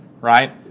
right